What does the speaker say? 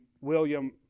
William